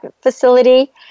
facility